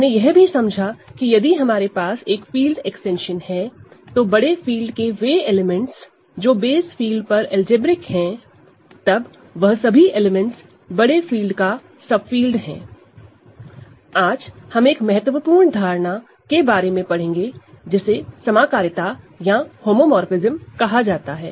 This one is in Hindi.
हमने यह भी समझा कि यदि हमारे पास एक फील्ड एक्सटेंशन है तो बड़े फील्ड के वे एलिमेंट्स जो बेस फील्ड पर अलजेब्रिक हैं तब वह सभी एलिमेंट्स बड़े फील्ड का सबफील्ड हैं आज हम एक महत्वपूर्ण धारणा के बारे में पढ़ेंगे जिसे समाकारिता या होमोमोरफ़िज्म कहा जाता है